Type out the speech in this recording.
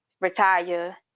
retire